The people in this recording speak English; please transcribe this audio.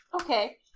okay